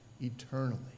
eternally